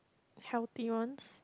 healthy ones